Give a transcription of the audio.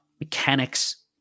mechanics